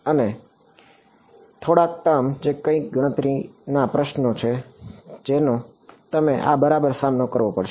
અને થોડાક ટર્મ જે કંઇક ગણતરીના પ્રશ્નો છે જેનો તમે આ બરાબર સામનો કરવો પડશે